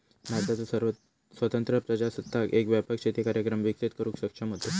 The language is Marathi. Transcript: भारताचो स्वतंत्र प्रजासत्ताक एक व्यापक शेती कार्यक्रम विकसित करुक सक्षम होतो